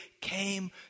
came